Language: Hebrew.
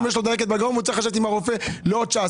דלקת בגרון והוא צריך לשבת עם הרופא עוד שעה,